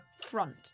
front